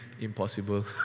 impossible